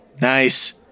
nice